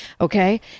Okay